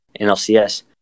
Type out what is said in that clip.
NLCS